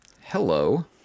Hello